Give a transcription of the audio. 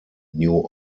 new